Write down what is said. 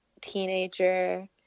teenager